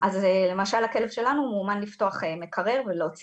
למשל הכלב שלנו מאומן לפתוח מקרר ולהוציא